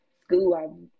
school